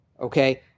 okay